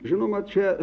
žinoma čia